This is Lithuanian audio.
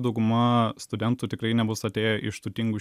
dauguma studentų tikrai nebus atėję iš turtingų